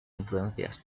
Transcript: influencias